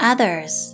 Others